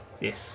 Yes